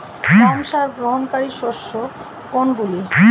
কম সার গ্রহণকারী শস্য কোনগুলি?